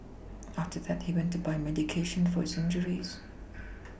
after that he went to buy medication for his injuries